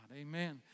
Amen